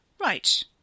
Right